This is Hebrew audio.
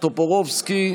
בועז טופורובסקי,